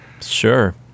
Sure